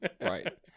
Right